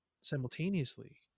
simultaneously